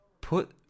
put